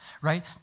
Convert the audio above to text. right